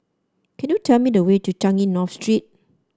can you tell me the way to Changi North Street